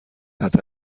صحت